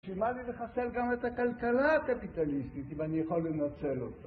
בשביל מה לי לחסל גם את הכלכלה הקפיטליסטית אם אני יכול לנצל אותה